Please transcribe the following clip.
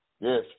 yes